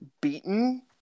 beaten